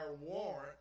warrant